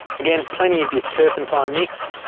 again plenty of your turpentine mix,